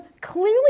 clearly